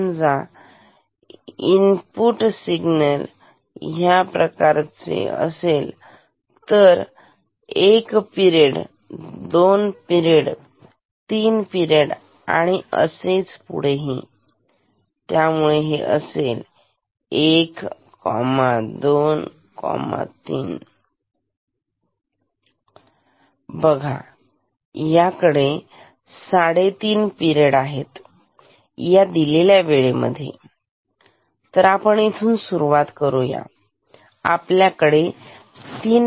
समजा input signal ह्या प्रकारचे असेल हा एक पिरेड दोन पिरेड तिन पिरेड आणि असेच पुढेही आणि त्यामुळे हे असेल 1 2 3 बघा याकडे साडेतीन पिरड आहे या दिलेल्या वेळेमध्ये तर आपण इथून सुरुवात करूया आपल्याकडे 3